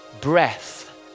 breath